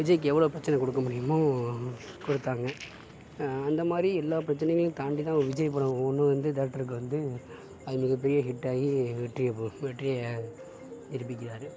விஜய்க்கு எவ்ளோ பிரச்சனை கொடுக்க முடியுமோ கொடுத்தாங்கள் அந்த மாதிரி எல்லா பிரச்சனைகளையும் தாண்டிதான் விஜய் படம் ஒன்று வந்து தியேட்டருக்கு வந்து அது மிகப்பெரிய ஹிட் ஆகி வெற்றியை பெற் வெற்றிய நிரூபிக்கிறார்